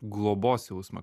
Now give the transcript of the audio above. globos jausmą